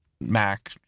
Mac